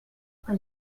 que